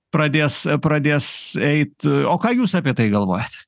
pradės e pradės eit o ką jūs apie tai galvojat